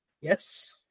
Yes